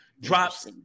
Drops